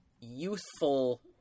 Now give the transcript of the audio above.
youthful